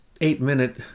eight-minute